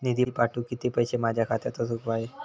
निधी पाठवुक किती पैशे माझ्या खात्यात असुक व्हाये?